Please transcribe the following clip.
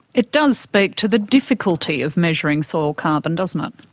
it does speak to the difficulty of measuring soil carbon, doesn't it.